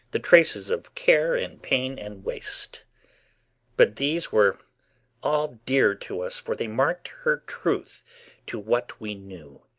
the traces of care and pain and waste but these were all dear to us, for they marked her truth to what we knew.